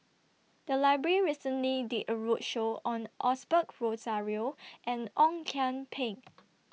The Library recently did A roadshow on Osbert Rozario and Ong Kian Peng